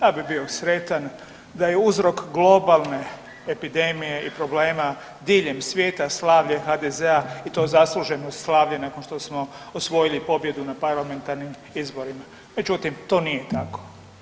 Ja bi bio sretan da je uzrok globalne epidemije i problema diljem svijeta slavlje HDZ-a i to zasluženo slavlje nakon što smo osvojili pobjedi na parlamentarnim izborima, međutim to nije tako.